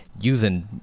using